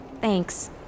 Thanks